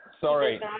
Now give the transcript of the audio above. Sorry